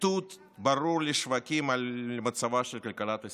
איתות ברור לשווקים על מצבה של כלכלת ישראל.